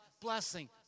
blessing